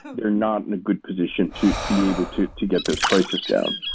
they're not in a good position to be able to to get those crisis down.